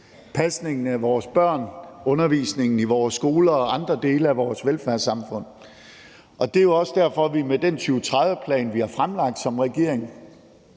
pasningen af vores børn, undervisningen i vores skoler og andre dele af vores velfærdssamfund. Det er også derfor, at vi med den 2030-plan, vi har fremlagt som regering,